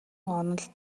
онол